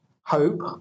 hope